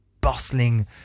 bustling